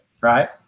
Right